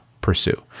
pursue